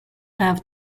have